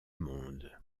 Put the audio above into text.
monde